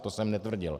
To jsem netvrdil.